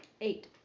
Eight